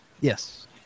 Yes